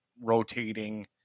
rotating